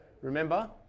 remember